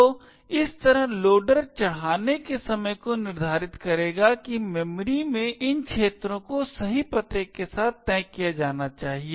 तो इस तरह लोडर चढाने के समय को निर्धारित करेगा कि मेमोरी में इन क्षेत्रों को सही पते के साथ तय किया जाना चाहिए